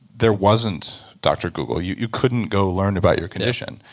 there wasn't dr. google. you you couldn't go learn about your condition.